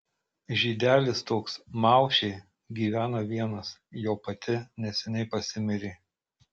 žydelis toks maušė gyvena vienas jo pati neseniai pasimirė